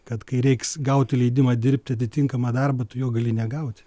kad kai reiks gauti leidimą dirbti atitinkamą darbą tu jo gali negauti